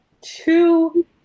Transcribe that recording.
two